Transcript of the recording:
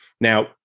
Now